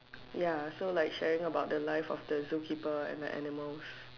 ya so like sharing about the life of the zookeeper and the animals